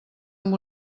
amb